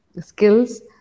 skills